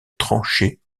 tranchée